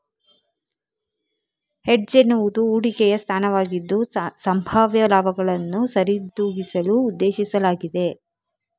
hedge ಎನ್ನುವುದು ಹೂಡಿಕೆಯ ಸ್ಥಾನವಾಗಿದ್ದು, ಸಂಭಾವ್ಯ ಲಾಭಗಳನ್ನು ಸರಿದೂಗಿಸಲು ಉದ್ದೇಶಿಸಲಾಗಿದೆ